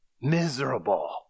Miserable